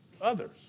others